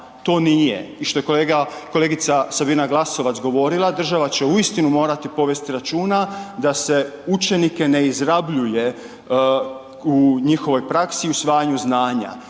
to nije. I što je kolegica Sabina Glasovac govorila država će uistinu morati povesti računa da se učenike ne izrabljuje u njihovoj praksi i usvajanju znanja